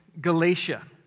Galatia